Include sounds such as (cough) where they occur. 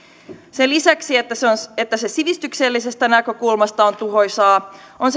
sen lisäksi että se sivistyksellisestä näkökulmasta on tuhoisaa se on (unintelligible)